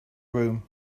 room